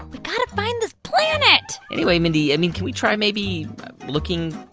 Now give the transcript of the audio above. we've got to find this planet anyway, mindy, i mean, can we try maybe looking,